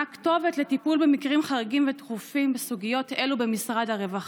2. מה הכתובת לטיפול במקרים חריגים ודחופים בסוגיות אלו במשרד הרווחה?